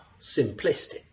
simplistic